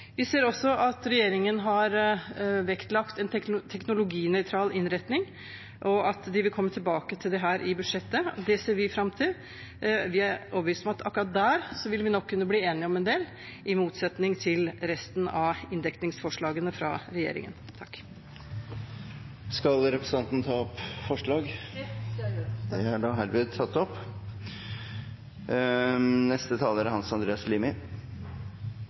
Vi ser også at regjeringen har vektlagt en teknologinøytral innretning, og at de vil komme tilbake til dette i budsjettet. Det ser vi fram til og er overbevist om at akkurat der vil vi kunne bli enige om en del, i motsetning til resten av inndekningsforslagene fra regjeringen. Skal representanten ta opp forslag? Ja. Representanten Irene Johansen har tatt opp forslaget hun refererte til. Først til representanten Irene Johansen: Det er